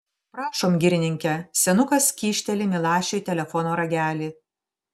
prašom girininke senukas kyšteli milašiui telefono ragelį